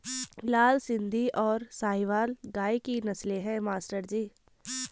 लाल सिंधी और साहिवाल गाय की नस्लें हैं मास्टर जी